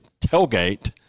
tailgate